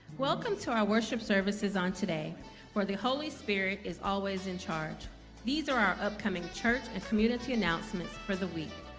welcome to our worship services on today where the holy spirit is always in charge these are our upcoming church and community announcements for the week.